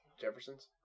Jefferson's